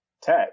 Tech